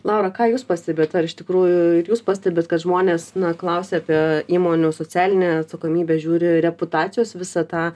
laura ką jūs pastebėjot ar iš tikrųjų jūs pastebit kad žmonės na klausia apie įmonių socialinę atsakomybę žiūri reputacijos visą tą